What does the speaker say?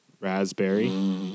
raspberry